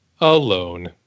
alone